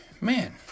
man